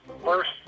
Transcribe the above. First